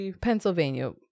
Pennsylvania